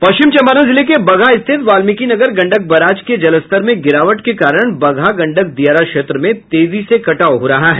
पश्चिम चंपारण जिले के बगहा स्थित वाल्मीकिनगर गंडक बराज के जलस्तर में गिरावट के कारण बगहा गंडक दियारे क्षेत्र में तेजी से कटाव हो रहा है